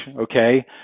okay